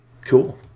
Cool